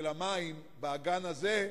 של המים באגן הזה,